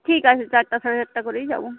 ঠিক আছে চারটে সাড়ে চারটে করেই যাব